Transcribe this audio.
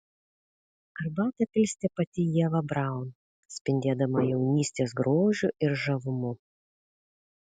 arbatą pilstė pati ieva braun spindėdama jaunystės grožiu ir žavumu